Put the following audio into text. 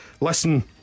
Listen